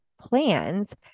plans